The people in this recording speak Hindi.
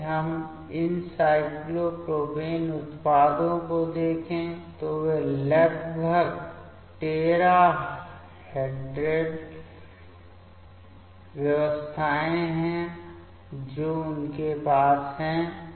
यदि हम इन साइक्लोप्रोपेन उत्पाद को देखें तो वे लगभग टेराहेड्रल व्यवस्थाएं हैं जो उनके पास हैं